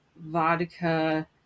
vodka